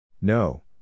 No